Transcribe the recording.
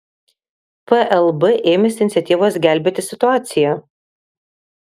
plb ėmėsi iniciatyvos gelbėti situaciją